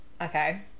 okay